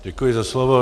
Děkuji za slovo.